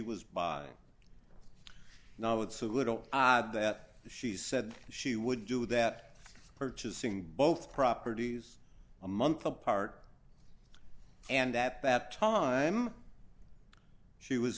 was buying now it's a little odd that she said she would do that purchasing both properties a month apart and that that time she was